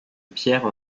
pierres